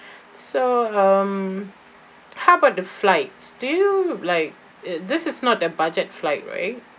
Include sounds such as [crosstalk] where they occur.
[breath] so um how about the flights do you like uh this is not a budget flight right